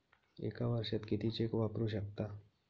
एका वर्षात किती चेक वापरू शकता?